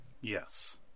yes